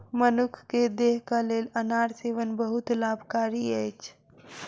मनुख के देहक लेल अनार सेवन बहुत लाभकारी अछि